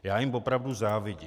Já jim opravdu závidím.